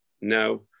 no